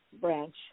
branch